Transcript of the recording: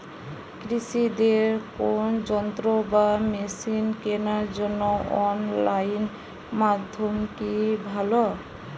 কৃষিদের কোন যন্ত্র বা মেশিন কেনার জন্য অনলাইন মাধ্যম কি ভালো?